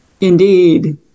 Indeed